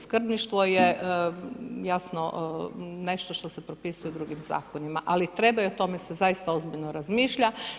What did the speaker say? Skrbništvo je jasno nešto što se propisuje drugim zakonima, ali treba i o tome se zaista ozbiljno razmišlja.